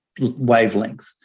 wavelength